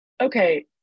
Okay